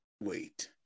Wait